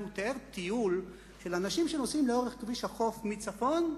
הוא תיאר טיול של אנשים שנוסעים לאורך כביש החוף מצפון,